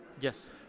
Yes